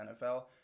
NFL